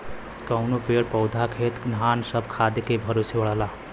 कउनो पेड़ पउधा खेत धान सब खादे के भरोसे बढ़ला